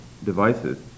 devices